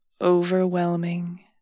overwhelming